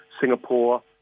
Singapore